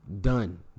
done